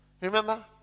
Remember